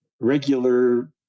regular